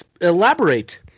elaborate